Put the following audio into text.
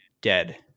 dead